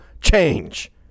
change